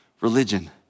religion